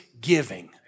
giving